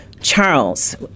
Charles